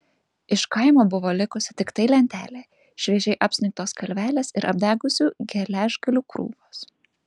iš kaimo buvo likusi tiktai lentelė šviežiai apsnigtos kalvelės ir apdegusių geležgalių krūvos